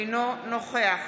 אינו נוכח